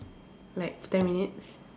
like ten minutes